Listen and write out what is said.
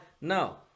No